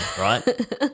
right